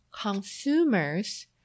consumers